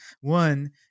One